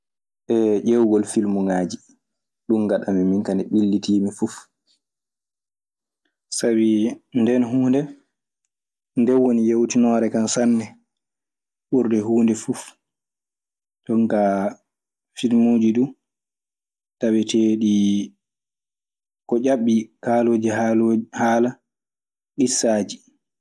ƴeewugol filmuŋaaji. Ɗun ngaɗan mi minka nde mbillitii mi fuf; sabi nden huunde nde woni yewtinoore kam sanne ɓurde huunde fuf. Ɗum kaa filmuuji duu taweteeɗi ko ƴaɓɓii, kaalooji haalo, haala issaaji.